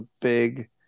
big